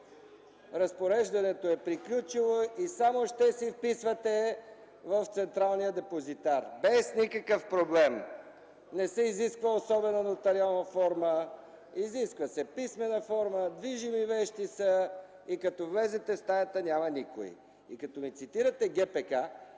разпореждането е приключило и само ще си вписвате в Централния депозитар, без никакъв проблем. Не се изисква особена нотариална форма. Изисква се писмена форма, движими вещи са и като влезете, в стаята няма никой. Като ми цитирате ГПК,